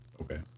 okay